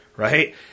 Right